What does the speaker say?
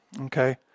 okay